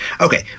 Okay